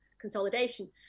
consolidation